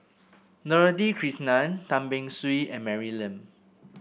Dorothy Krishnan Tan Beng Swee and Mary Lim